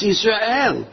Israel